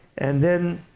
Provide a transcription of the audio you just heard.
and then,